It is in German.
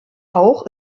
auch